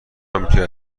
همینطوری